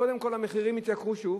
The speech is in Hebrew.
קודם כול, המחירים יעלו שוב.